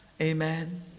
Amen